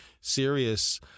serious